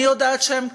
אני יודעת שהם כאלה,